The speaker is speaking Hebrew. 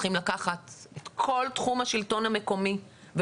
צריכים לקחת את כל תחום השלטון המקומי,